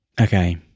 Okay